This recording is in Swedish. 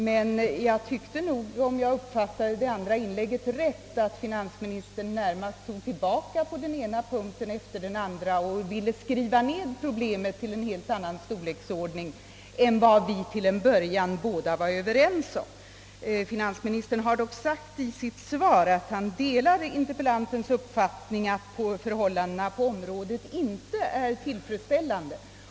Men om jag uppfattade det andra inlägget rätt, gick finansministern på den ena punkten efter den andra närmast ifrån denna inställning och ville »skriva ned» problemet till en helt annan storleksordning än vad vi från början båda var överens om. Finansministern har dock i sitt svar uttalat, att han delade interpellantens uppfattning att förhållandena på området inte är tillfredsställande.